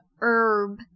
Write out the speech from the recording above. herb